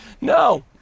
no